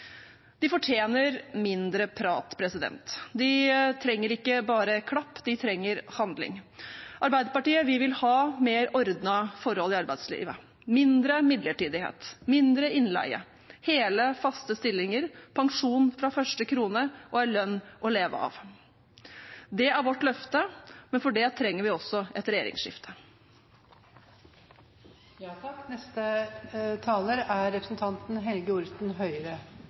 De fortjener mindre prat. De trenger ikke bare klapp, de trenger handling. Arbeiderpartiet vil ha mer ordnede forhold i arbeidslivet, mindre midlertidighet, mindre innleie, hele, faste stillinger, pensjon fra første krone og en lønn å leve av. Det er vårt løfte, men for det trenger vi også et